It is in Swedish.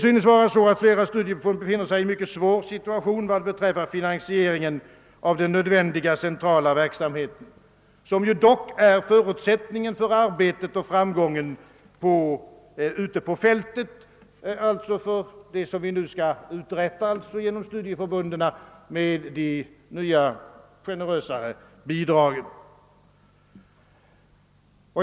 Flera studieförbund synes befinna sig i en mycket svår situation beträffande finansieringen av den nödvändiga centrala verksamheten, som dock är förutsättningen för arbetet och framgången ute på fältet, d.v.s. förutsättningen för det som vi nu skall uträtta genom studieförbunden med de nya generösare bidragen.